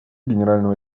генерального